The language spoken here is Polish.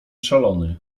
szalony